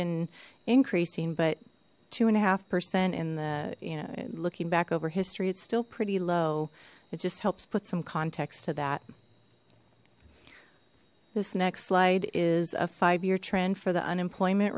been increasing but two and a half percent in the you know looking back over history it's still pretty low it just helps put some context to that this next slide is a five year trend for the unemployment